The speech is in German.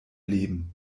leben